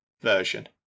version